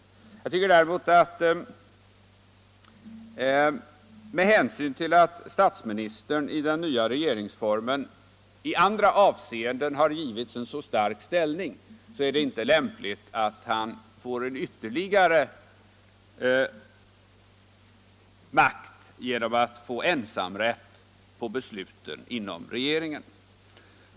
Däremot tycker jag, med hänsyn till att statsministern enligt den nya regeringsformen i andra avseenden har givits en så stark ställning, att det inte är lämpligt att han får ytterligare makt genom att ha ensamrätt på besluten inom regeringen.